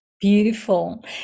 beautiful